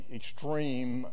extreme